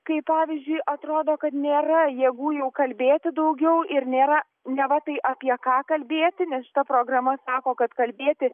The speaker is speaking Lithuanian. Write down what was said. kai pavyzdžiui atrodo kad nėra jėgų jau kalbėti daugiau ir nėra neva tai apie ką kalbėti nes šita programa sako kad kalbėti